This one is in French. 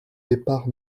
départs